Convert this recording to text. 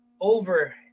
over